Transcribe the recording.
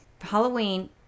Halloween